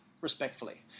respectfully